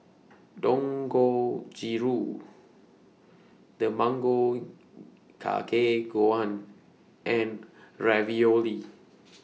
Dangojiru Tamago Kake Gohan and Ravioli